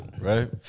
Right